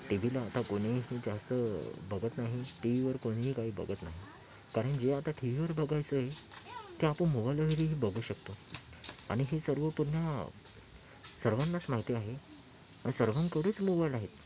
T वीला आता कोणीही जास्त बघत नाही टी वीवर कोणीही काही बघत नाही कारण जे आता टी वीवर बघायचं आहे ते आपण मोबाईलवरही बघू शकतो आणि हे सर्व पुन्हा सर्वांनाच माहिती आहे सर्वांकडेच मोबाईल आहेत